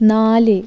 നാല്